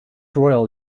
royal